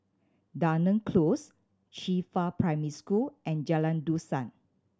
Dunearn Close Qifa Primary School and Jalan Dusan